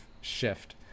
shift